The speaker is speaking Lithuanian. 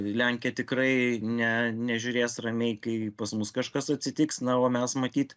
lenkija tikrai ne nežiūrės ramiai kai pas mus kažkas atsitiks na o mes matyt